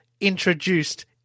introduced